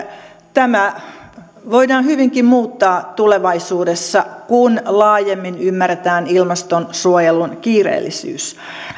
tämä voidaan hyvinkin muuttaa tulevaisuudessa kun laajemmin ymmärretään ilmastonsuojelun kiireellisyys